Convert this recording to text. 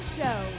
show